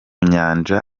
nyanja